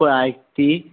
पळय आयक ती